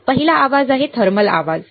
पहिला आवाज थर्मल आवाज आहे